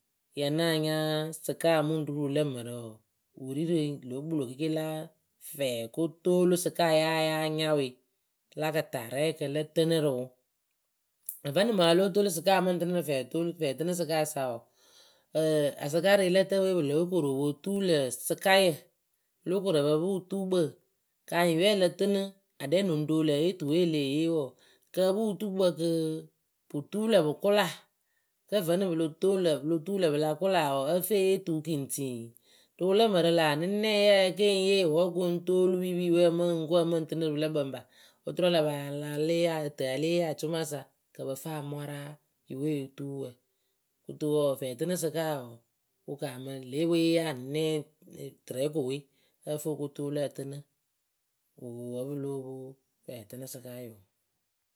ya náa nya sɩkaa mɨŋ ru rɨ wɨlǝ mǝrǝ wǝǝ wɨ ri rɨ lǒ kpɨlo kɩɩkɩ la fɛɛkotoolusɩkaa ya yáa nya we la kɨtarɛkǝ lǝ tɨnɨ rɨ wɨ ǝ vǝ́nɨŋ mɨŋ a lóo toolu sɩkaa mɨŋ tɨnɨ rɨ fɛɛtoolu fɛɛtɨnɨsɩkaasa wǝǝ asɩkarelǝtǝpǝ we pɨ lóo koru o po tuu lǝ̈ sɩkayǝ o lóo koru ǝ pǝ pɨ wɨtuukpǝ kanyɩŋ yǝ we ǝ lǝ tɨnɨ a ɖɛ lɨŋ roo lǝ̈ e yee tuwe e leh yee wǝǝ kɨ ǝ pɨ wɨtuukpǝ kɨ pɨ tuu lǝ̈ pɨ kʊla kǝ́ vǝ́nɨŋ pɨ lo toŋ lǝ̈ pɨ lo tuu lǝ̈ pɨ la kʊla wǝǝ ǝ fɨ eyee tuu kiŋtiŋ rɨ wɨlǝ mǝrǝ lä anɨnɛye e keŋ yee wǝ́ o koŋ toolu pipiwǝ we ǝ mɨŋ ko ǝ mɨŋ tɨnɨ rɨ pɨlǝ kpǝŋ pa oturu a la pa yaa la lée yee ǝ tɨ a lée yee acʊmasa kɨ ǝ pǝ fɨ amwara yɨ we otuu wǝ kɨto wǝǝ fɛɛtɨnɨsɩkaa wǝǝ wɨ kaamɨ le epǝ we yee anɨnɛ tɨrɛ ko we ǝ fɨ o ko toolu ǝ tɨnɨ ŋ wɨ wǝ́ pɨ lóo pwo fɛɛtɨnɨ sɨkaa yoo.